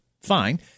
fine